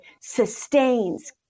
sustains